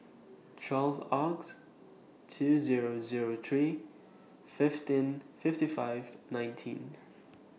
twelve August two Zero Zero three fifteen fifty five nineteen